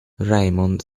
raymond